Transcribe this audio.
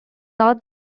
not